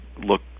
look